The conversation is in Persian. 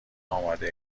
آماده